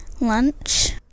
lunch